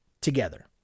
together